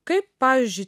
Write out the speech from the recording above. kaip pavyzdžiui